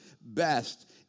best